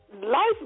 Life